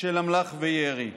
של אמל"ח וירי.